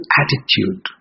attitude